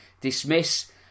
dismiss